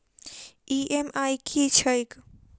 EMI की छैक?